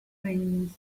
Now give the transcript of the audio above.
things